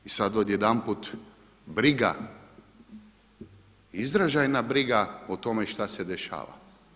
I sada odjedanput briga, izražajna briga o tome šta se dešava.